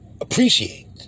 appreciate